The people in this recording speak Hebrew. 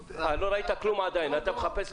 תגיד לי